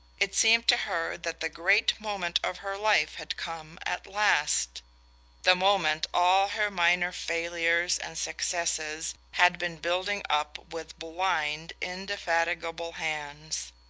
it seemed to her that the great moment of her life had come at last the moment all her minor failures and successes had been building up with blind indefatigable hands.